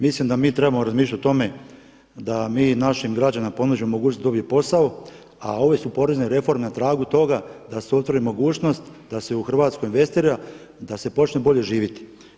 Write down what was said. Mislim da mi trebamo razmišljati o tome da mi našim građanima pronađemo mogućnost da dobiju posao, a ove su porezne reforme na tragu toga da se otvori mogućnost da se u Hrvatsku investira da se počne bolje živjeti.